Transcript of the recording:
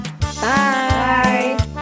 Bye